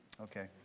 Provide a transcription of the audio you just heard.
Okay